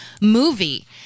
movie